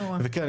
וכן,